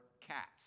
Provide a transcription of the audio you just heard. cats